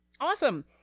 awesome